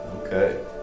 Okay